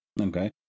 Okay